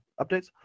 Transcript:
updates